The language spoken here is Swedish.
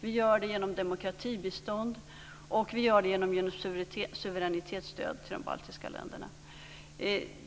Vi gör det genom demokratibistånd. Vi gör det genom suveränitetsstöd till de baltiska länderna.